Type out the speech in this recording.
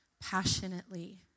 Passionately